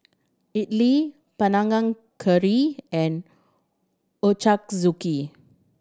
Idili Panang Curry and Ochazuke